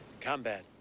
combat